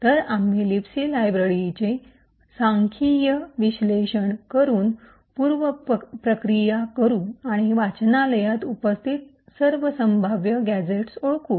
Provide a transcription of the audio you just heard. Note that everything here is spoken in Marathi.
तर आम्ही लिबसी लायब्ररीचे सांख्यिकीय विश्लेषण करून पूर्व प्रक्रिया करू आणि वाचनालयात उपस्थित सर्व संभाव्य गॅझेट्स ओळखू